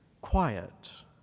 quiet